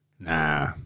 Nah